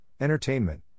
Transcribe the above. entertainment